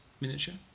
miniature